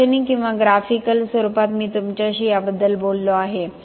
लाक्षणिक किंवा ग्राफिकल स्वरूपात मी तुमच्याशी याबद्दल बोललो आहे